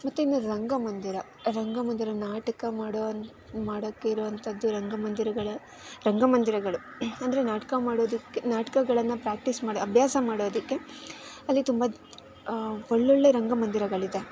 ಮತ್ತಿನ್ನು ರಂಗಮಂದಿರ ರಂಗಮಂದಿರ ನಾಟಕ ಮಾಡೋವಂಥ ಮಾಡೋಕ್ಕಿರುವಂಥದ್ದು ರಂಗಮಂದಿರಗಳ ರಂಗಮಂದಿರಗಳು ಅಂದರೆ ನಾಟಕ ಮಾಡೋದಕ್ಕೆ ನಾಟಕಗಳನ್ನ ಪ್ರಾಕ್ಟೀಸ್ ಮಾಡಿ ಅಭ್ಯಾಸ ಮಾಡೋದಕ್ಕೆ ಅಲ್ಲಿ ತುಂಬ ಒಳ್ಳೊಳ್ಳೆ ರಂಗಮಂದಿರಗಳಿದೆ